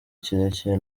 kirekire